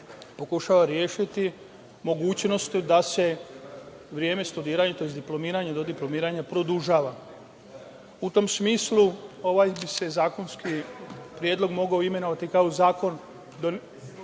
pokušava rešiti mogućnošću da se vreme studiranja, tj. diplomiranja, do diplomiranja, produžava.U tom smislu, ovaj bi se zakonski predlog mogao imenovati kao zakon